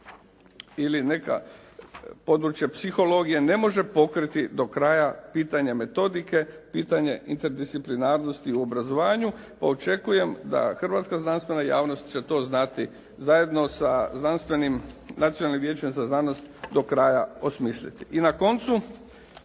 ili neko područje psihologije ne može pokriti do kraja pitanje metodike, pitanje interdisciplinarnosti u obrazovanju pa očekujem da hrvatska znanstvena javnost će to znati zajedno sa znanstvenim Nacionalnim vijećem za znanost do kraja osmisliti. I na koncu,